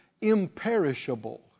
imperishable